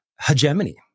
hegemony